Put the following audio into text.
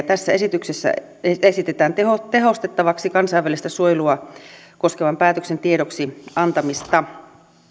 tässä esityksessä esitetään tehostettavaksi kansainvälistä suojelua koskevan päätöksen tiedoksi antamista